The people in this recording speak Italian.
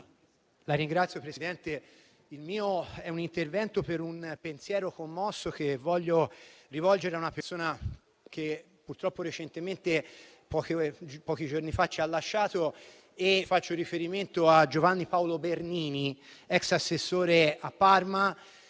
Signor Presidente, il mio è un intervento per un pensiero commosso che voglio rivolgere a una persona, che purtroppo pochi giorni fa ci ha lasciati. Faccio riferimento a Giovanni Paolo Bernini, ex assessore a Parma,